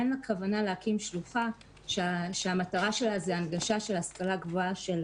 אין לה כוונה להקים שלוחה שהמטרה שלה זו הנגשה של ההשכלה הגבוהה של